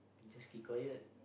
just keep quiet